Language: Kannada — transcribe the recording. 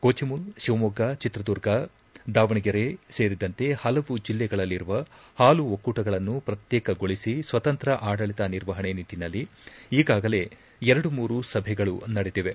ಕೋಚಿಮುಲ್ ಶಿವಮೊಗ್ಗ ಚಿತ್ರದುರ್ಗ ದಾವಣಗೆರೆ ಸೇರಿದಂತೆ ಹಲವು ಜಿಲ್ಲೆಗಳಲ್ಲಿರುವ ಹಾಲು ಒಕ್ಕೂಟಗಳನ್ನು ಪ್ರತ್ಯೇಕಗೊಳಿಸಿ ಸ್ವತಂತ್ರ ಆಡಳಿತ ನಿರ್ವಹಣೆ ನಿಟ್ಟನಲ್ಲಿ ಈಗಾಗಲೇ ಎರಡು ಮೂರು ಸಭೆಗಳು ನಡೆದಿವೆ